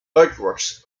earthworks